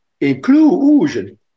inclusion